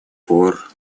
пор